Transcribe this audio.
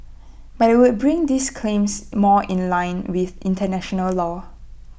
but IT would bring these claims more in line with International law